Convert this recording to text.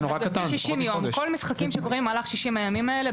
כל המשחקים שקורים במהלך ה-60 ימים האלה,